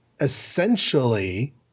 essentially